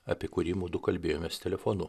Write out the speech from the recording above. apie kurį mudu kalbėjomės telefonu